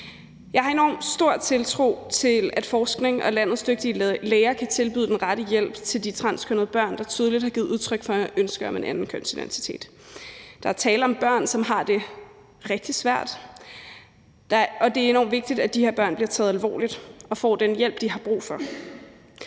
Jeg har enormt stor tiltro til, at forskning og landets dygtige læger kan tilbyde den rette hjælp til de transkønnede børn, der tydeligt har givet udtryk for ønske om en anden kønsidentitet. Der er tale om børn, som har det rigtig svært, og det er enormt vigtigt, at de her børn bliver taget alvorligt og får den hjælp, de har brug for.